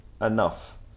enough